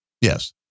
Yes